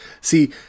See